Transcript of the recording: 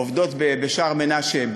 עובדות בשער-מנשה,